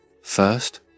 First